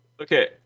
Okay